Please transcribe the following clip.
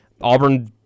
Auburn